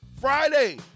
Friday